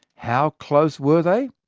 how close were they?